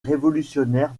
révolutionnaire